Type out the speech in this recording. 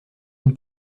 une